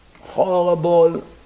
Horrible